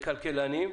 וכלכלנים,